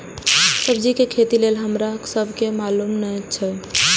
सब्जी के खेती लेल हमरा सब के मालुम न एछ?